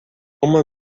uma